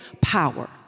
power